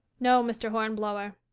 no, mr. hornblower.